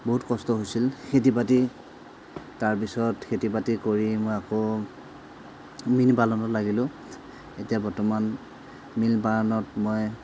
বহুত কষ্ট হৈছিল খেতি বাতি তাৰপিছত খেতি বাতি কৰি মই আকৌ মীন পালনত লাগিলোঁ এতিয়া বৰ্তমান মীন পালনত মই